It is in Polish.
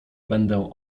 będę